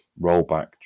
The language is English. rollback